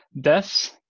deaths